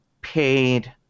paid